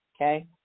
okay